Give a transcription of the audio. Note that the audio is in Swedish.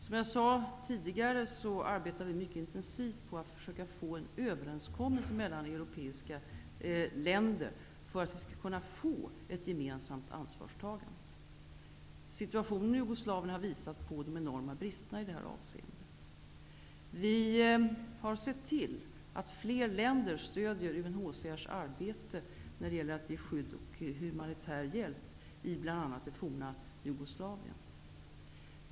Som jag tidigare sade arbetar vi mycket intensivt på att få till stånd en överenskommelse mellan europeiska länder för att man skall kunna få ett gemensamt ansvarstagande. Situationen i Jugo slavien har visat på de enorma bristerna i detta av seende. Vi har sett till att fler länder stöder UNHCR:s arbete med att ge skydd och humani tär hjälp i bl.a. det forna Jugoslavien.